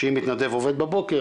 שאם מתנדב עובד בבוקר,